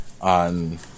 on